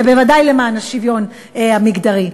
ובוודאי למען השוויון המגדרי,